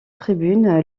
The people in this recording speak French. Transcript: tribune